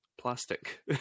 plastic